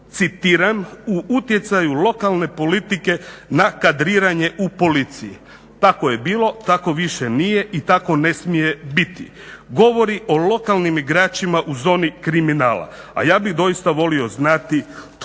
citiram: "U utjecaju lokalne politike na kadriranje u policiji". Tako je bilo, tako više nije i tako ne smije biti. Govori o lokalnim igračima u zoni kriminala, a ja bih doista volio znati tko